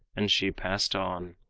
and she passed on,